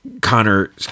connor